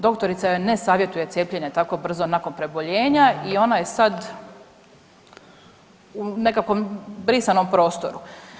Doktorica joj ne savjetuje cijepljenje tako brzo nakon preboljenja i ona je sad u nekakvom brisanom prostoru.